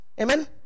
Amen